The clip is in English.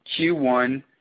Q1